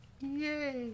Yay